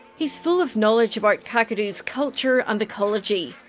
he's full of knowledge about kakadu's culture and ecology.